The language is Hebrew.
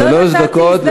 שלוש דקות.